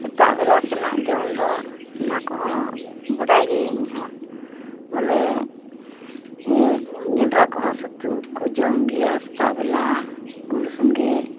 ᱥᱮᱛᱟᱜ ᱵᱮᱞᱟ ᱥᱮᱱᱟ ᱡᱚᱢ ᱫᱚ ᱚᱱᱟ ᱠᱚᱦᱚᱸ ᱵᱟᱰᱟᱭ ᱜᱤᱭᱟᱹᱧ ᱤᱧᱦᱚᱸ ᱵᱚᱞᱮ ᱡᱚᱱᱰᱨᱟ ᱠᱚᱦᱚᱸ ᱥᱟᱹᱛᱩ ᱠᱚ ᱡᱚᱢ ᱜᱮᱭᱟ ᱥᱮᱛᱟ ᱵᱮᱞᱟ ᱜᱩᱲ ᱥᱚᱜᱮ